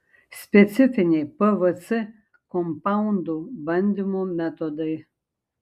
specifiniai pvc kompaundų bandymo metodai